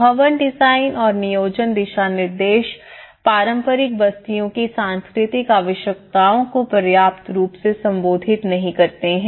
भवन डिजाइन और नियोजन दिशानिर्देश पारंपरिक बस्तियों की सांस्कृतिक आवश्यकताओं को पर्याप्त रूप से संबोधित नहीं करते हैं